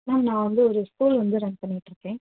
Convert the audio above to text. ma'am நான் வந்து ஒரு ஸ்கூல் வந்து ரன் பண்ணிட்டு இருக்கேன்